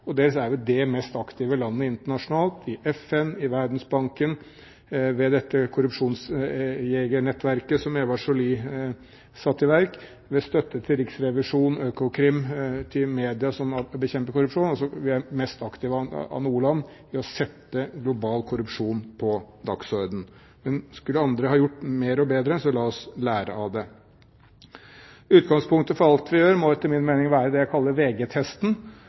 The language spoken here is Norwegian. korrupsjon, dels er vi det mest aktive landet internasjonalt, i FN, i Verdensbanken, ved dette korrupsjonsjegernettverket som Eva Joly satte i verk, med støtte til Riksrevisjonen, til Økokrim, til medier som bekjemper korrupsjon. Altså: Vi er det mest aktive land når det gjelder å sette global korrupsjon på dagsordenen. Men skulle andre ha gjort mer og bedre, la oss lære av det. Utgangspunktet for alt vi gjør, må etter min mening være det jeg kaller